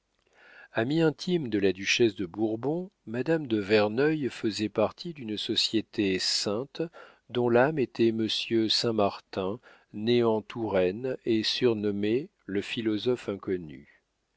amie intime de la duchesse de bourbon madame de verneuil faisait partie d'une société sainte dont l'âme était monsieur saint-martin né en touraine et surnommé le philosophe inconnu